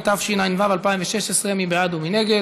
התשע"ו 2016. מי בעד ומי נגד?